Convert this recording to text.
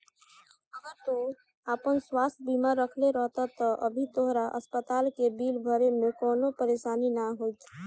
अगर तू आपन स्वास्थ बीमा करवले रहत त अभी तहरा अस्पताल के बिल भरे में कवनो परेशानी ना होईत